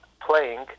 playing